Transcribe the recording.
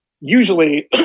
Usually